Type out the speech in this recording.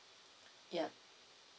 yeah